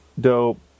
dope